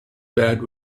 bad